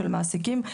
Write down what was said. של מעסיקים,